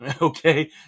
okay